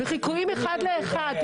בחיקויים אחד לאחד.